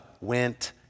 went